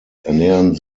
ernähren